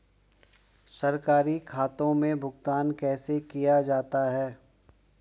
सरकारी खातों में भुगतान कैसे किया जाता है?